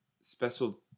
special